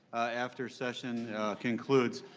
after session concludes.